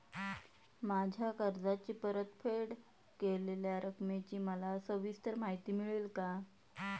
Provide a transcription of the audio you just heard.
माझ्या कर्जाची परतफेड केलेल्या रकमेची मला सविस्तर माहिती मिळेल का?